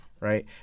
right